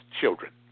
children